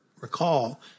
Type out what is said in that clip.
recall